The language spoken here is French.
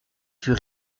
fut